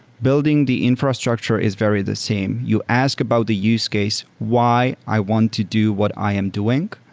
building the infrastructure is very the same. you ask about the use case. why i want to do what i am doing?